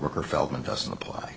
worker feldmann doesn't apply